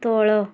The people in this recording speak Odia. ତଳ